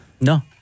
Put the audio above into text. No